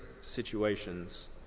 situations